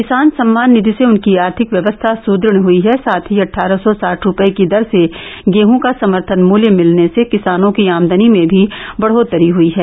किसान सम्मान निधि से उनकी आर्थिक व्यवस्था सुदृढ़ हयी है साथ ही अट्ठारह सौ साठ रूपये की दर से गेहूं का समर्थन मूल्य मिलने से किसानों की आमदनी में भी बढ़ोत्तरी हुयी है